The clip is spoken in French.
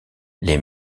les